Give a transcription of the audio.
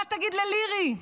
מה תגיד ללירי,